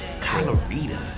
Colorado